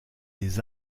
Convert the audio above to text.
des